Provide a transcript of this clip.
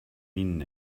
minen